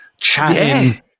chatting